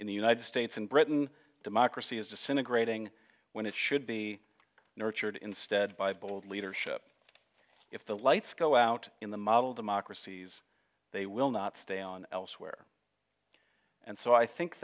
in the united states and britain democracy is disintegrating when it should be nurtured instead by bold leadership if the lights go out in the model democracies they will not stay on elsewhere and so i think